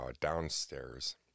downstairs